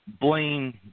Blaine